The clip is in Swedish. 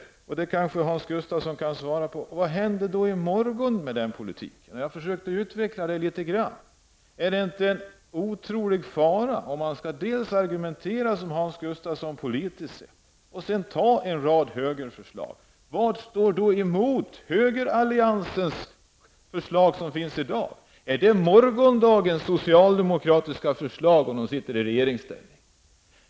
Det kanske Hans Gustafsson kan svara på. Jag försökte utveckla det resonemanget litet grand. Råder det inte en otrolig fara om man politiskt sett argumenterar som Hans Gustafsson och sedan antar en rad högerförslag? Vad står emot de förslag som finns från högeralliansen i dag? Är det morgondagens socialdemokratiska förslag -- om socialdemokraterna sitter i regeringsställning?